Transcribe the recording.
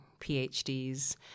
PhDs